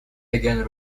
again